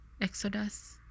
exodus